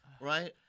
right